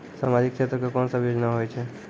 समाजिक क्षेत्र के कोन सब योजना होय छै?